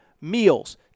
meals